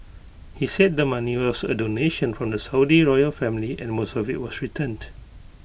he said the money was A donation from the Saudi royal family and most of IT was returned